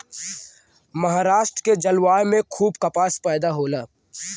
महाराष्ट्र के जलवायु में खूब कपास पैदा होला